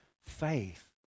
Faith